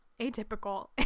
atypical